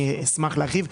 אני אשמח להרחיב.